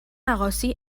negoci